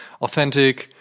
Authentic